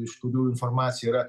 iš kurių informacija yra